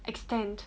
extend